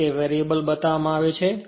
અને આ એક વેરીએબલ બતાવવામાં આવ્યો છે